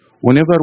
Whenever